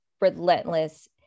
relentless